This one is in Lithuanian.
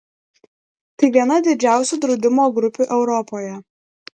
tai viena didžiausių draudimo grupių europoje